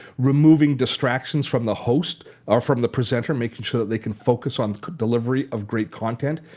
removing distractions from the host or from the presenter, making sure that they can focus on delivery of great content.